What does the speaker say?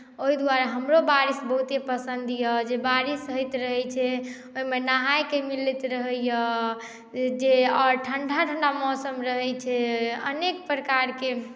ओहि द्वारे हमरो बारिश बहुते पसन्द यए जे बारिश होइत रहैत छै ओहिमे नहायके मिलैत रहैए जे आओर ठण्ढा ठण्ढा मौसम रहैत छै अनेक प्रकारके